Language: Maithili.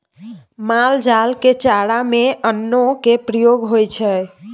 माल जाल के चारा में अन्नो के प्रयोग होइ छइ